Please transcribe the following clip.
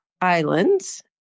islands